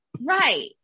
Right